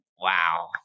Wow